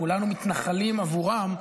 כולנו מתנחלים בעבורם.